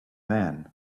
man